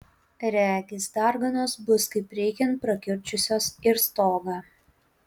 regis darganos bus kaip reikiant prakiurdžiusios ir stogą